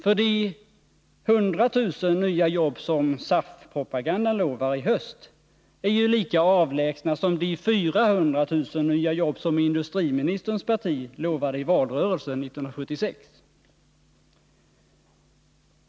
De 100 000 nya jobb som SAF-propagandan lovar i höst är ju lika avlägsna som de 400 000 nya jobb som industriministerns parti lovade i valrörelsen 1976.